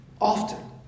Often